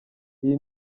iyi